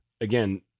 again